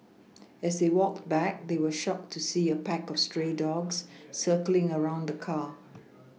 as they walked back they were shocked to see a pack of stray dogs circling around the car